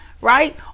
right